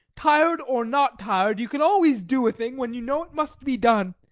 tired or not tired, you can always do a thing when you know it must be done.